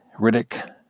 Riddick